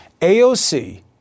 AOC